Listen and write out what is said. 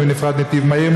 ומינוי נפרד לנתיב מהיר,